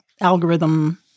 algorithm-